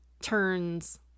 turns